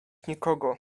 nikogo